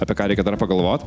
apie ką reikia dar pagalvot